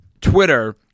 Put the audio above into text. Twitter